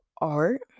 art